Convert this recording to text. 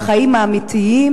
בחיים האמיתיים,